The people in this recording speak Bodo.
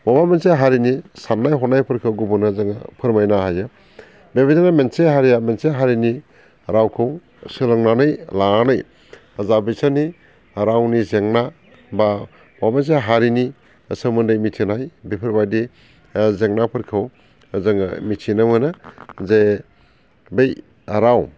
माबा मोनसे हारिनि साननाय हनायफोरखौ जों गुबुननो फोरमायनो हायो बेबायदिनो मोनसे हारिया मोनसे हारिनि रावखौ सोलोंनानै लानानै जा बिसोरनि रावनि जेंना बा माबा मोनसे हारिनि सोमोन्दै मिथिनाय बेफोरबायदि जेंनाफोरखौ जोङो मिथिनो मोनो जे बै राव